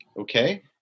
Okay